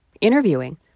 interviewing